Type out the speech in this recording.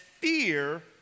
fear